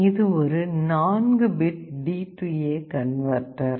இது ஒரு 4 bit DA converter